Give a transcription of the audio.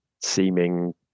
seeming